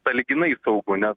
sąlyginai saugu nes